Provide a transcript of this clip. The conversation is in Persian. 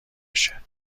بشه